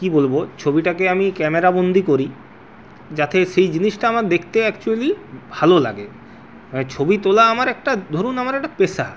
কি বলবো ছবিটাকে আমি ক্যামেরাবন্দী করি যাতে সেই জিনিসটা আমার দেখতে একচুয়ালি ভালো লাগে ছবি তোলা আমার একটা ধরুন আমার একটা পেশা